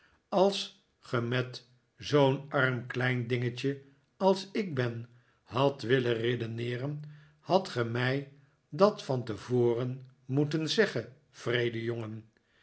als ge met zoo'n arm klein dingetje als ik ben had willen redeneeren hadt ge mij dat van tevoren moeten zeggen wreede jongen